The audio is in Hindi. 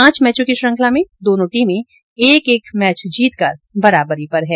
पांच मैचों की श्रृंखला में दोनों टीमें एक ै एक मैच जीतकर बराबरी पर हैं